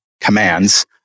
commands